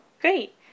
Great